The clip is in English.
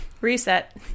reset